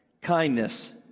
kindness